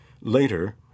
later